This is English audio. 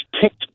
picked